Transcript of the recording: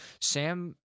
Sam